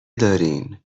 دارین